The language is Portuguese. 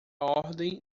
ordem